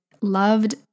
loved